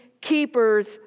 keepers